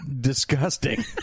disgusting